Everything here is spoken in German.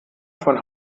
von